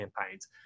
campaigns